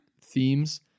themes